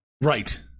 Right